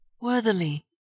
worthily